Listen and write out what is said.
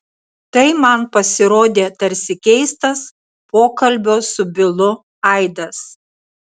tai man pasirodė tarsi keistas pokalbio su bilu aidas